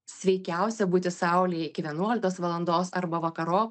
sveikiausia būti saulėj iki vienuoliktos valandos arba vakarop